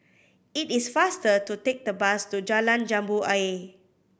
it is faster to take the bus to Jalan Jambu Ayer